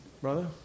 Brother